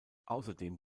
außerdem